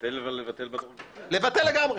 לבטל לגמרי.